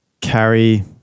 carry